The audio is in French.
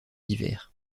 hiver